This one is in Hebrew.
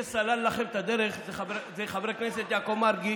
מי שסלל לכם את הדרך זה חבר הכנסת יעקב מרגי,